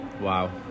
Wow